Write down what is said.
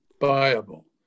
viable